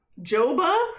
Joba